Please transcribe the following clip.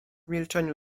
milczeniu